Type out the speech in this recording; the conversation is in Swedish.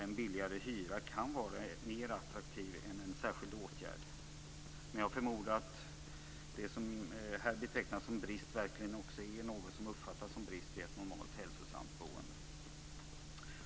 En billigare hyra kan vara mer attraktiv än en särskild åtgärd. Men jag förmodar att det som här betecknas som en brist verkligen också är något som uppfattas som brist i ett normalt hälsosamt boende.